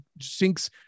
sinks